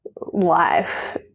life